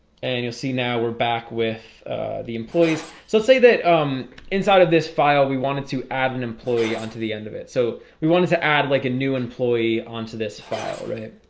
and you'll see now we're back with the employees so let's say that um inside of this file we wanted to add an employee on to the end of it so we wanted to add like a new employee on to this file, right?